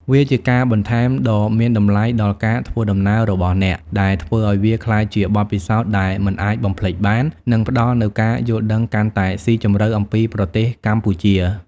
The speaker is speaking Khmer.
វាជាការបន្ថែមដ៏មានតម្លៃដល់ការធ្វើដំណើររបស់អ្នក ដែលធ្វើឱ្យវាក្លាយជាបទពិសោធន៍ដែលមិនអាចបំភ្លេចបាន និងផ្តល់នូវការយល់ដឹងកាន់តែស៊ីជម្រៅអំពីប្រទេសកម្ពុជា។